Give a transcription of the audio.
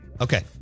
Okay